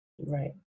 Right